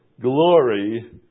glory